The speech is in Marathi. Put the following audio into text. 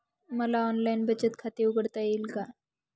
मला ऑनलाइन बचत खाते उघडता येईल का?